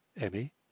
Emmy